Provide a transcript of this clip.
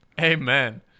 Amen